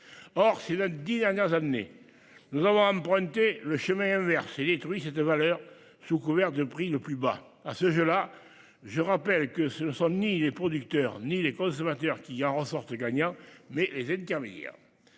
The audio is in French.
Or, si le 10 dernières années nous avons emprunté le chemin inverse et détruit cette valeur sous couvert de prix le plus bas à ce jeu là. Je rappelle que ce ne sont ni les producteurs ni les consommateurs qui en ressortent gagnants mais les intermédiaires.